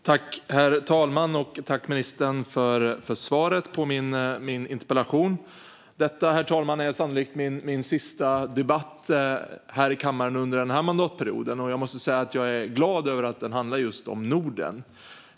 Herr talman! Tack, ministern, för svaret på min interpellation! Detta, herr talman, är sannolikt min sista debatt här i kammaren under den här mandatperioden, och jag måste säga att jag är glad över att den handlar om just Norden.